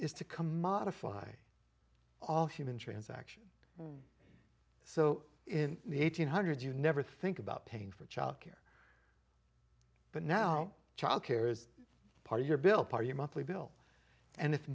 is to commodify all human transaction so in the eighteen hundred you never think about paying for childcare but now childcare is part of your bill part your monthly bill and if